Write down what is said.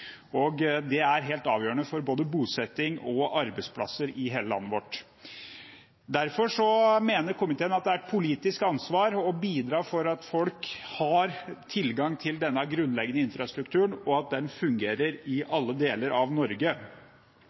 Det er helt avgjørende for både bosetting og arbeidsplasser i hele landet vårt. Derfor mener komiteen at det er et politisk ansvar å bidra til at folk har tilgang til denne grunnleggende infrastrukturen, og at den fungerer i alle deler av Norge.